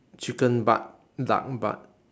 chicken butt duck butt